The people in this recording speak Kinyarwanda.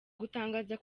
gutangaza